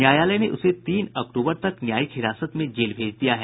न्यायालय ने उसे तीन अक्टूबर तक न्यायिक हिरासत में जेल भेज दिया है